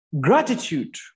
gratitude